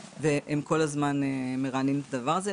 והם כל הזמן מרעננים את הדבר הזה.